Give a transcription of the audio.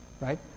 Right